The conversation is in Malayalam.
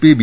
P B